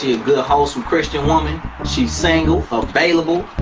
a good wholesome christian woman, she single available.